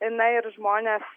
na ir žmonės